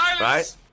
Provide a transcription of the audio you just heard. right